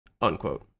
Unquote